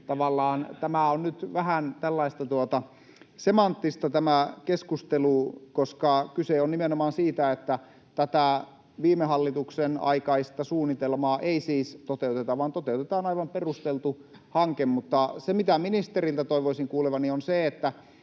tämä keskustelu, koska kyse on nimenomaan siitä, että tätä viime hallituksen aikaista suunnitelmaa ei toteuteta, vaan toteutetaan aivan perusteltu hanke. Mutta se, mitä ministeriltä toivoisin kuulevani, on se, että